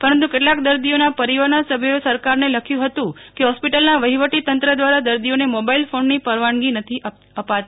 પરંતુ કેટલાક દર્દીઓના પરીવારના સભ્યોએ સરબકારને લખ્યું હતું કે હોસ્પિટલના વફીવટી તંત્ર ધ્વારા દર્દીઓને મોબાઇલ ફોનની પરવાનગી નથી આપતી